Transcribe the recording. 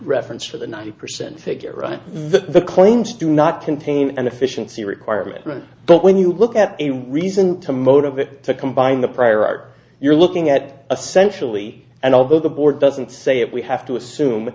reference for the ninety percent figure on the claims do not contain an efficiency requirement but when you look at a reason to motivate to combine the prior art you're looking at a sensually and although the board doesn't say it we have to assume